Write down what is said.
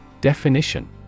Definition